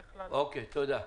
תודה.